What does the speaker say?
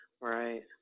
Right